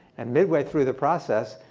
and midway through the process,